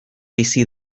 bizi